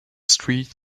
street